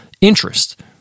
interest